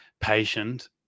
patient